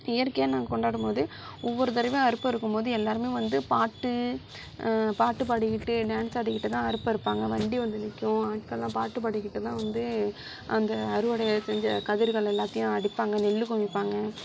இயற்கையாக நாங்கள் கொண்டாடும் போது ஒவ்வொரு தடவையும் அறுப்பருக்கும்போது எல்லாருமே வந்து பாட்டு பாட்டு பாடி கிட்டு டான்ஸ் ஆடி கிட்டு தான் அறுப்பறுப்பாங்க வண்டி வந்து நிற்கும் ஆட்கள்லாம் பாட்டு பாடிகிட்டுதான் வந்து அந்த அறுவடையை செஞ்ச கதிர்கள் எல்லாத்தையும் அடிப்பாங்க நெல் குமிப்பாங்க